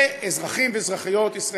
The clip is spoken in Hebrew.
אזרחים ואזרחיות,